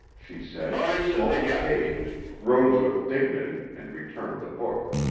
she said, smote the page, rose with dignity, and returned the book.